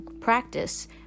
Practice